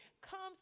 comes